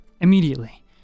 Immediately